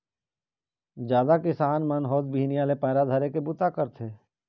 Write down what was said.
जादा किसान मन होत बिहनिया ले पैरा धरे के बूता ल करथे